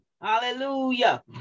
Hallelujah